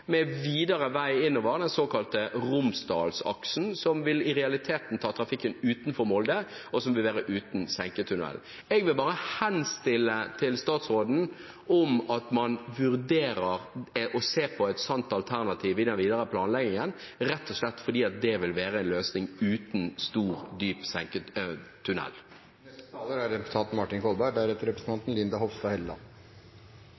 med videre vei innover, den såkalte Romsdalsaksen, som i realiteten vil ta trafikken utenfor Molde, og som vil være uten senketunnel. Jeg vil henstille til statsråden om at man vurderer å se på et slikt alternativ i den videre planleggingen, rett og slett fordi det vil være en løsning uten en stor, dyp senketunnel. Det virker nesten som om det er